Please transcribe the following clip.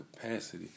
capacity